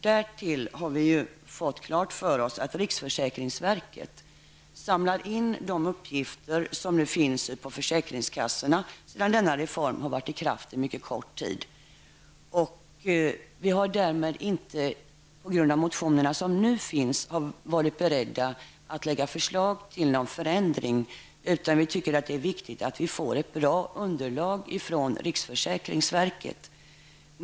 Därtill har vi fått klart för oss att riksförsäkringsverket samlar in de uppgifter som nu finns på försäkringskassorna, sedan denna reform varit i kraft en mycket kort tid. Vi har därmed inte på grund av motionerna som nu finns varit beredda att lägga fram förslag till någon förändring, utan vi tycker att det är viktigt att få ett bra underlag från riksförsäkringsverket.